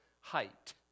height